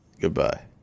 Goodbye